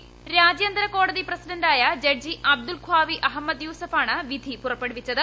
ക്രാജ്യാന്തര കോടതി പ്രസിഡന്റായ judge Abdulqawi Ahmed Yusuf ആണ് വിധി പുറപ്പെടുവിച്ചത്